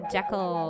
Jekyll